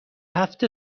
هفت